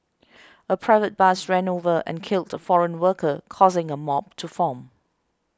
a private bus ran over and killed a foreign worker causing a mob to form